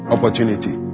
Opportunity